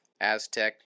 Aztec